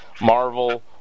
Marvel